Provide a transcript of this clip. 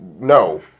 No